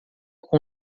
com